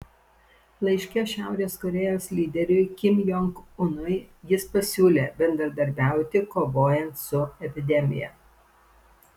laiške šiaurės korėjos lyderiui kim jong unui jis pasiūlė bendradarbiauti kovojant su epidemija